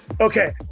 Okay